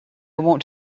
want